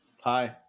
hi